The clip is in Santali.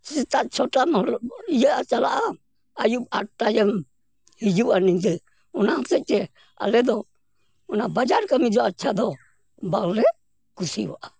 ᱥᱮᱛᱟᱜ ᱪᱷᱚᱴᱟᱢ ᱚᱲᱚᱜ ᱤᱭᱟᱹᱜᱼᱟ ᱪᱟᱞᱟᱜ ᱟᱢ ᱟᱹᱭᱩᱵ ᱟᱴᱴᱟᱭᱮᱢ ᱦᱤᱡᱩᱜᱼᱟ ᱱᱤᱫᱟᱹ ᱚᱱᱟ ᱦᱚᱛᱮᱡ ᱛᱮ ᱟᱞᱮ ᱫᱚ ᱚᱱᱟ ᱵᱟᱡᱟᱨ ᱠᱟᱹᱢᱤ ᱫᱚ ᱟᱪᱪᱷᱟ ᱫᱚ ᱵᱟᱝᱞᱮ ᱠᱩᱥᱤᱣᱟᱜᱼᱟ